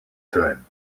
time